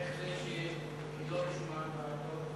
איך זה שהיא לא רשומה בתור?